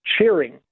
cheering